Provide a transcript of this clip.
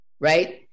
right